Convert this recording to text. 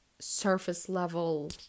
surface-level